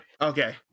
Okay